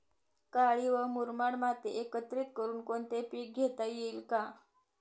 काळी व मुरमाड माती एकत्रित करुन कोणते पीक घेता येईल का?